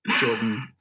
Jordan